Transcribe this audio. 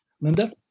Linda